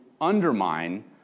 undermine